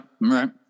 right